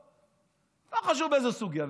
לא חשוב באיזה סוגיה,